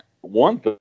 one